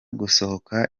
gusohoka